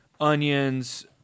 onions